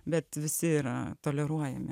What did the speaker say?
bet visi yra toleruojami